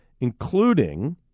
including